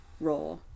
Raw